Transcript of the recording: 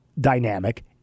dynamic